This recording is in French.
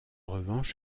revanche